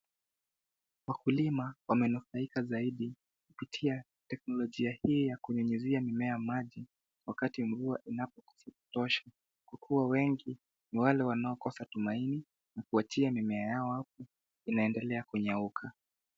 Wakulima wamenufaika zaidi kupitia teknolojia hii ya kunyunyizia mimea maji wakati mvua inapokosa kutosha huku wengi ni wale wanaokosa tumaini na kuachia mimea yao apo inaendelea kunyauka.